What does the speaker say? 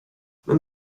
men